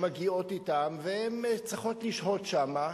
הן צריכות לשהות שם,